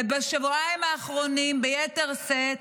ובשבועיים האחרונים ביתר שאת,